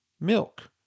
milk